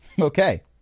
Okay